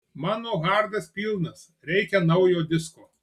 mano hardas pilnas reikia naujo disko